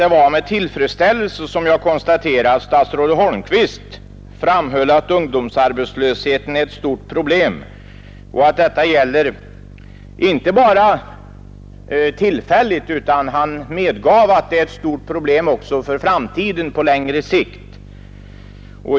Det var med tillfredsställelse som jag konstaterade att statsrådet Holmqvist framhöll att ungdomsarbetslösheten är ett stort problem. Han medgav också att detta inte bara är en tillfällig företeelse utan ett stort problem på längre sikt.